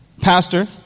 Pastor